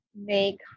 make